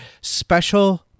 special